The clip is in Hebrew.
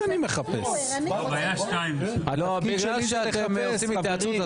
אם אתם עושים התייעצות,